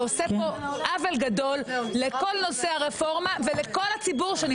שעושה עוול גדול לכל נושא הרפורמה ולכל הציבור שנמצא בחוץ.